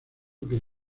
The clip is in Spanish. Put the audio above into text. que